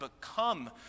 become